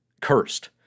Cursed